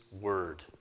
word